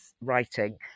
writing